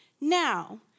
Now